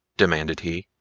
demanded he.